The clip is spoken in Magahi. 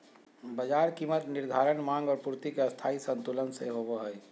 बाजार कीमत निर्धारण माँग और पूर्ति के स्थायी संतुलन से होबो हइ